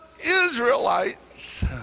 Israelites